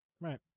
Right